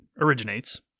originates